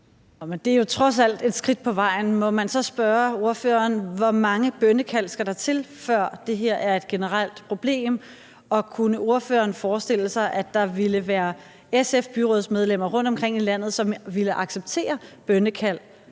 Det er jo trods alt et skridt på vejen. Må man så spørge ordføreren, hvor mange bønnekald der skal til, før det her er et generelt problem? Og kunne ordføreren forestille sig, at der ville være SF-byrådsmedlemmer rundtomkring i landet, som ville acceptere bønnekald